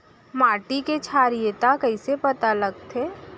माटी के क्षारीयता कइसे पता लगथे?